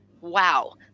wow